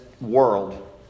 world